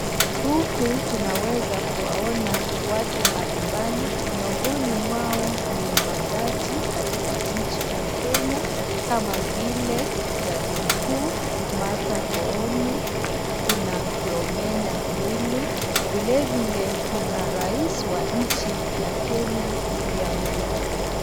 Huku tunaweza kuwaona watu mbalimbali, miongoni mwao ni majaji katika nchi ya Kenya kama vile jaji mkuu Martha Koome, kuna Filomena Mwilu, vilevile kuna rais wa nchi ya Kenya, William Ruto.